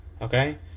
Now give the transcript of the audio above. Okay